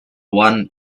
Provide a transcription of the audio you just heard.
one